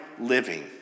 living